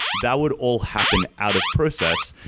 that would all happen out of process,